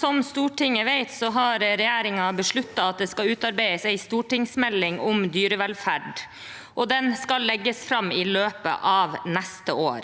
Som Stortinget vet, har regjeringen besluttet at det skal utarbeides en stortingsmelding om dyrevelferd, og den skal legges fram i løpet av neste år.